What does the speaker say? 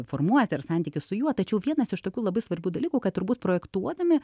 formuoti ar santykį su juo tačiau vienas iš tokių labai svarbių dalykų kad turbūt projektuodami